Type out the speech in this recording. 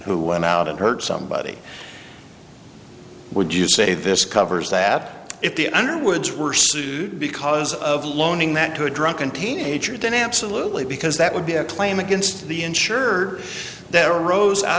who when out and hurt somebody would you say this covers that if the underwoods were sued because of loaning that to a drunken teenager then absolutely because that would be a claim against the insurer there arose out